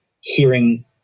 hearing